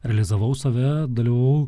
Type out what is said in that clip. realizavau save dalyvavau